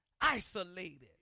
isolated